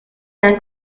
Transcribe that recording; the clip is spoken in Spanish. han